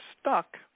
stuck